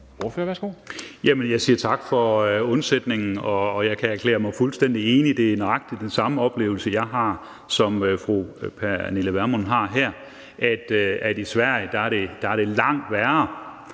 Jeg siger tak for undsætningen, og jeg kan erklære mig fuldstændig enig. Det er nøjagtig den samme oplevelse, jeg har, som fru Pernille Vermund har her: at i Sverige er det langt værre,